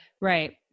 right